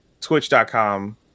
twitch.com